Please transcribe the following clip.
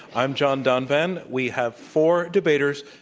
i'm john donvan. we have four debaters,